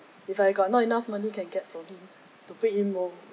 if I got not enough money can get from him to put in more